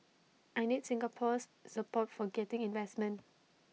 I need Singapore's support for getting investment